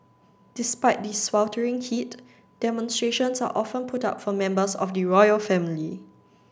despite the sweltering heat demonstrations are often put up for members of the royal family